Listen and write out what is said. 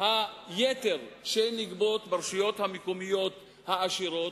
היתר שנגבות ברשויות המקומיות העשירות,